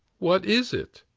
what is it?